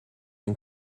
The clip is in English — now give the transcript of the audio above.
and